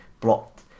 blocked